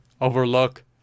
overlook